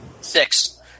Six